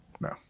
No